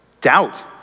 Doubt